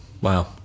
wow